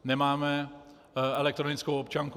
Nemáme elektronickou občanku.